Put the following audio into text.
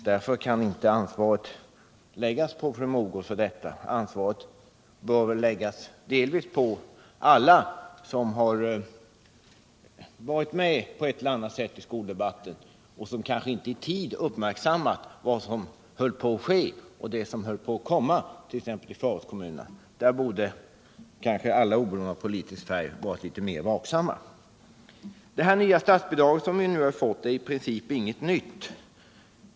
Därför kan inte ansvaret för detta läggas på fru Mogård. Ansvaret får väl läggas på alla som har varit med på ett eller annat sätt i skoldebatten och som kanske inte i tid uppmärksammade vad som höll på att ske, t.ex. i förortskommunerna. Där borde alla oberoende av politisk färg ha varit mer vaksamma. Det nya statsbidraget vi har fått är i princip inget nytt.